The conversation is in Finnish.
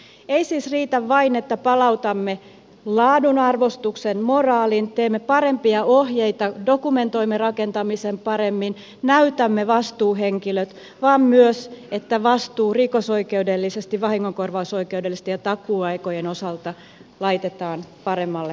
ei siis riitä vain että palautamme laadun arvostuksen moraalin teemme parempia ohjeita dokumentoimme rakentamisen paremmin näytämme vastuuhenkilöt vaan edellytämme myös että vastuu rikosoikeudellisesti vahingonkorvausoikeudellisesti ja takuuaikojen osalta laitetaan paremmalle tasolle